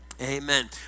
amen